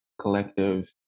collectives